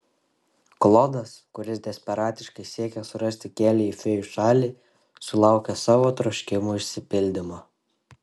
klodas kuris desperatiškai siekė surasti kelią į fėjų šalį sulaukė savo troškimų išsipildymo